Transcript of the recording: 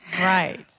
Right